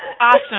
Awesome